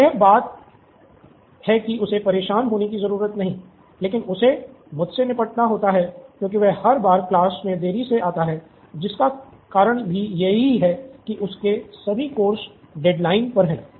तो यह एक बात है कि उसे परेशान होने की जरूरत नहीं है लेकिन उसे मुझसे निपटना होता हैं क्योंकि वह हर बार क्लास में देरी से आता है जिसका कारण भी ये ही हैं कि उसके सभी कोर्स डेडलाइन पर हैं